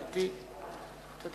ברשות